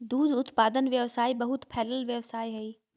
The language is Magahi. दूध उत्पादन व्यवसाय बहुत फैलल व्यवसाय हइ